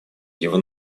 его